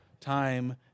time